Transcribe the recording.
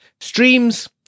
Streams